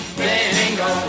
bingo